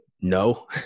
no